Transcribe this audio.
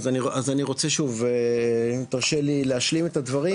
אז אני רוצה שוב תרשה לי להשלים את הדברים,